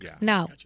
No